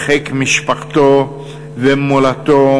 בחיק משפחתו ומולדתו,